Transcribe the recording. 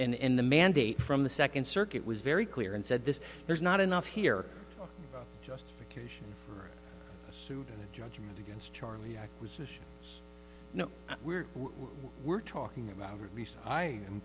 thin and the mandate from the second circuit was very clear and said this there's not enough here justification for a suit and a judgment against charlie acquisition you know we're we're talking about at least i am